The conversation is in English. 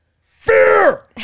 fear